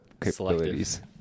capabilities